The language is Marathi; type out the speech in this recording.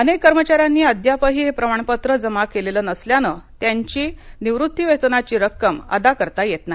अनेक कर्मचाऱ्यांनी अद्यापही हे प्रमाणपत्र जमा केलेलं नसल्यानं त्यांची निवृत्तीवेतनाची रक्कम अदा करता येत नाही